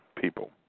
people